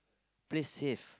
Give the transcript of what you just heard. please save